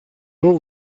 all